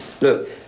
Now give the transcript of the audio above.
look